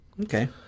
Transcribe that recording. Okay